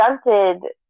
stunted